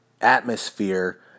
atmosphere